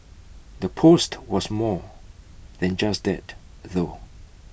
the post was more than just that though